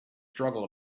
struggle